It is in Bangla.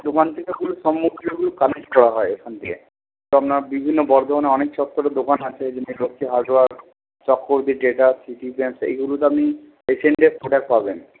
দোকান থেকে কালেক্ট করা হয় এখান থেকে সব বিভিন্ন বর্ধমানে অনেক চত্বরে দোকান আছে যেমন Lakshmi hardware Chakraborty data city paint এইগুলোতে আপনি এশিয়ানদের প্রোডাক্ট পাবেন